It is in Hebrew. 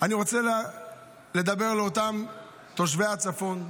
אני רוצה לדבר על אותם תושבי הצפון שנמצאים,